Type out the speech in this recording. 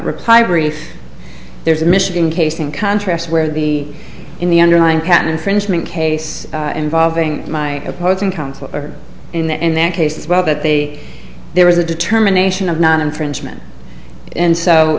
brief there's a michigan case in contrasts where the in the underlying pattern infringement case involving my opposing counsel are in that in that case as well that they there was a determination of not infringement and so